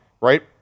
right